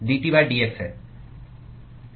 dTdx है